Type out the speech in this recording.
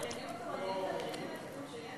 הגרעינים התורניים זה הגרעינים היחידים שיש?